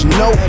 no